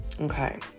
Okay